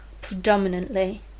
predominantly